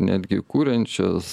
netgi kuriančias